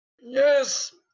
Yes